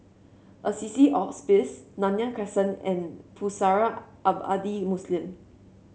Assisi Hospice Nanyang Crescent and Pusara Abadi Muslim